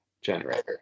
generator